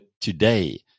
today